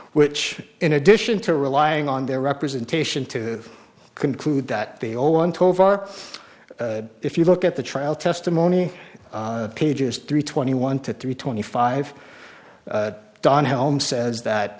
which in addition to relying on their representation to conclude that the all one tovar if you look at the trial testimony of pages three twenty one to three twenty five don helm says that